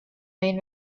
main